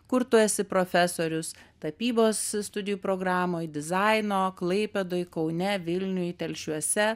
kur tu esi profesorius tapybos studijų programoj dizaino klaipėdoj kaune vilniuj telšiuose